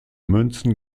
münzen